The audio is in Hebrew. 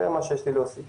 זה מה שיש לי להוסיף.